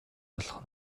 болох